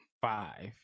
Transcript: five